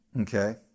Okay